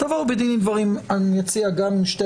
אני מציע שתבואו בדין ודברים גם עם שתי